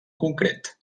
concret